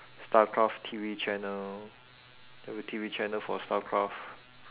starcraft T_V channel they have a T_V channel for starcraft